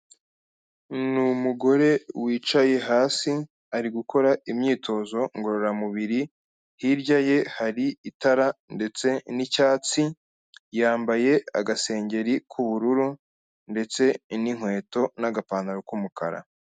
Ni umugore wicaye hasi, ari gukora imyitozo ngororamubiri, hirya ye hari itara ndetse n'icyatsi, yambaye agasengeri k'ubururu ndetse n'inkweto n'agapantaro k'umukara.